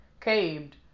caved